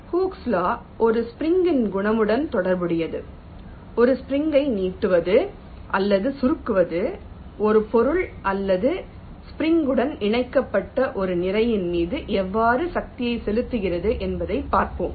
hooks law Hook's law ஒரு ன் குணமுடன் தொடர்புடையது ஒரு யை நீட்டுவது அல்லது சுருங்குவது ஒரு பொருள் அல்லது குடன் இணைக்கப்பட்ட ஒரு நிறையின் மீது எவ்வாறு சக்தியை செலுத்துகிறது என்பதை பார்ப்போம்